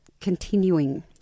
continuing